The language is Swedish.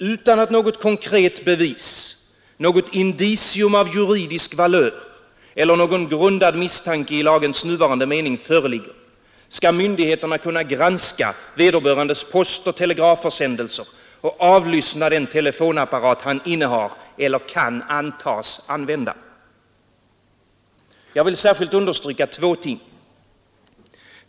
Utan att något konkret bevis, något indicium av juridisk valör eller någon grundad misstanke i lagens nuvarande mening föreligger skall myndigheterna kunna granska vederbörandes postoch telegrafförsändelser och avlyssna den telefonapparat han innehar eller kan antas använda. Jag vill särskilt understryka två ting.